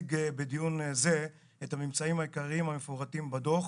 להציג בדיון זה את הממצאים העיקריים המפורטים בדו"ח